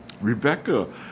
Rebecca